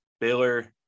Baylor